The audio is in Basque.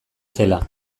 zela